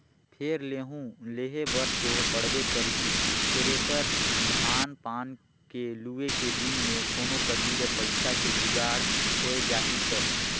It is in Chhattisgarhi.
फेर लेहूं लेहे बर तो पड़बे करही थेरेसर, धान पान के लुए के दिन मे कोनो कति ले पइसा के जुगाड़ होए जाही त